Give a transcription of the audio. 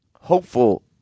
hopeful